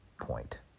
point